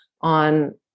on